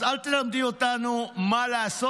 אז אל תלמדי אותנו מה לעשות.